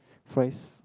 fries